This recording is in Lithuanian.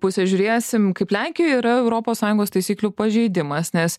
pusę žiūrėsim kaip lenkijoj yra europos sąjungos taisyklių pažeidimas nes